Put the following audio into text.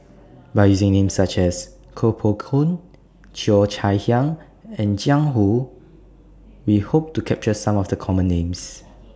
By using Names such as Koh Poh Koon Cheo Chai Hiang and Jiang Hu We Hope to capture Some of The Common Names